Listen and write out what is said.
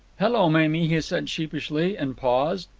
hello, mamie, he said sheepishly, and paused.